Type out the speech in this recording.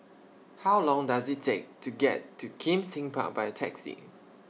How Long Does IT Take to get to Kim Seng Park By Taxi